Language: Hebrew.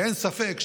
אין ספק,